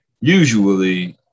usually